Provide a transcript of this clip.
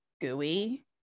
gooey